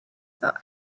for